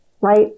right